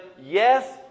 yes